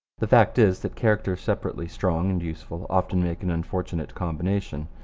the fact is that characters separately strong and useful often make an unfortunate combination.